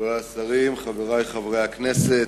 חברי השרים, חברי חברי הכנסת,